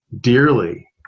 dearly